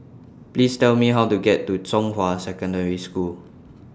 Please Tell Me How to get to Zhonghua Secondary School